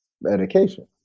medication